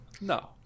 No